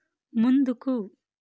ముందుకు